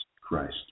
Christ